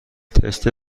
تست